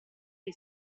che